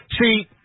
See